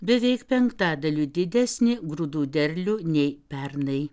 beveik penktadaliu didesnį grūdų derlių nei pernai